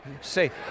Say